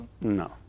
No